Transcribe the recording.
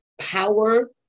power